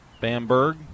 Bamberg